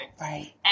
Right